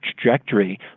trajectory